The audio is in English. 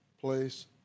place